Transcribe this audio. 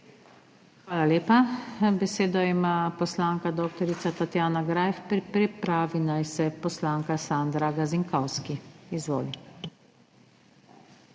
Hvala lepa. Besedo ima poslanka dr. Tatjana Greif, pripravi naj se poslanka Sandra Gazinkovski. Izvoli.